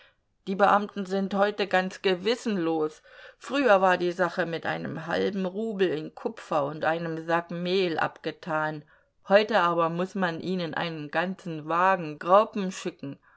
die beamten sind heute ganz gewissenlos früher war die sache mit einem halben rubel in kupfer und einem sack mehl abgetan heute aber muß man ihnen einen ganzen wagen graupen schicken